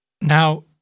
Now